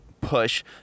push